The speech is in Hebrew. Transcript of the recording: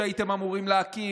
שהייתם אמורים להקים.